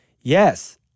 Yes